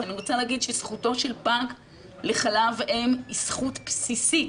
אני רוצה להגיד שזכותו של פג לחלב אם היא זכות בסיסית.